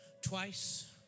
twice